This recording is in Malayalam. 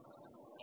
കിട്ടിയത്